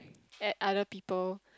at other people